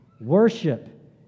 worship